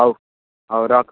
ହଉ ହଉ ରଖ